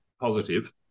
positive